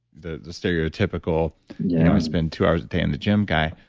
the the stereotypical, i spend two hours a day in the gym guy,